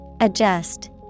Adjust